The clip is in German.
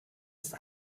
ist